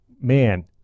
man